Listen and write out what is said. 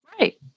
Right